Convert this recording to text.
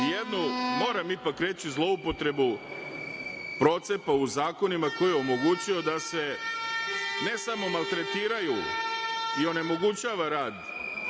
i jednu, moram ipak reći, zloupotrebu procepu u zakonima koji je omogućio da se, ne samo maltretiraju i onemogućava rad